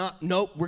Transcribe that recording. nope